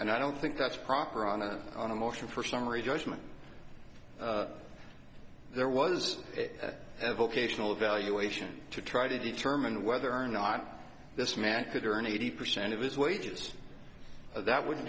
and i don't think that's proper on a on a motion for summary judgment there was a vocational evaluation to try to determine whether or not this man could earn eighty percent of his wages that would